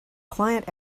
client